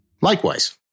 Likewise